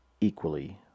equally